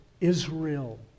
Israel